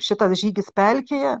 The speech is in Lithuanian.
šitas žygis pelkėje